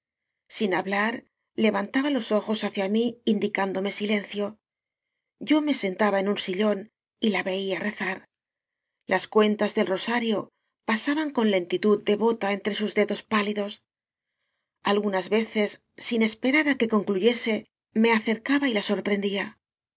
sin hablar levantaba los ojos hacia mí indicándome silencio yo me sen taba en un sillón y la veía rezar las cuentas del rosario pasaban con lentitud devota en tre sus dedos pálidos algunas veces sin es perar á que concluyese me acercaba y la sorprendía